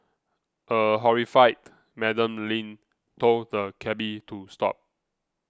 a horrified Madam Lin told the cabby to stop